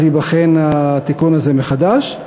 אז ייבחן התיקון הזה מחדש.